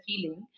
feeling